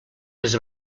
les